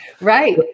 Right